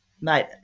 mate